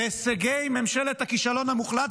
להישגי ממשלת הכישלון המוחלט,